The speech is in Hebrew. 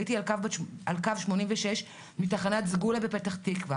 "עליתי על קו 86 מתחנת סגולה בפתח תקווה.